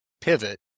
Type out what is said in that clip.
pivot